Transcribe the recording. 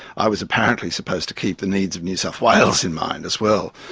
i was apparently supposed to keep the needs of new south wales in mind, as well.